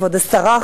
כבוד השרה,